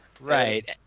Right